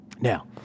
Now